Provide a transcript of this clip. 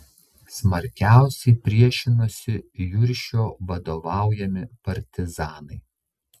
smarkiausiai priešinosi juršio vadovaujami partizanai